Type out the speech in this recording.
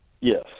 yes